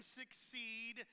succeed